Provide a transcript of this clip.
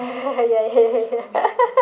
ya ya ya ya